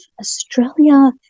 Australia